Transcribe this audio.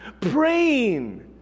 praying